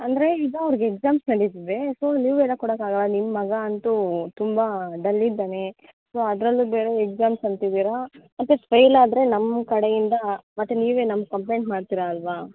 ಅಂದರೆ ಈಗ ಅವ್ರ್ಗೆ ಎಕ್ಸಾಮ್ಸ್ ನಡೀತಿದೆ ಸೊ ಲೀವ್ ಎಲ್ಲ ಕೊಡೋಕ್ಕಾಗಲ್ಲ ನಿಮ್ಮ ಮಗ ಅಂತು ತುಂಬ ಡಲ್ಲಿದ್ದಾನೆ ಸೊ ಅದರಲ್ಲೂ ಬೇರೆ ಎಕ್ಸಾಮ್ಸ್ ಅಂತಿದ್ದೀರಾ ಮತ್ತೆ ಫೇಲಾದರೆ ನಮ್ಮ ಕಡೆಯಿಂದ ಮತ್ತೆ ನೀವೇ ನಮ್ಗೆ ಕಂಪ್ಲೇಂಟ್ ಮಾಡ್ತೀರ ಅಲ್ಲವಾ